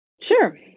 Sure